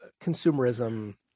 consumerism